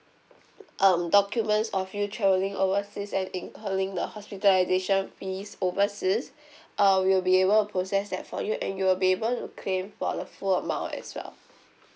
um documents of you travelling overseas and incurring the hospitalisation fees overseas uh we will be able to process that for you and you'll be able to claim for the full amount as well